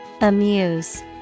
Amuse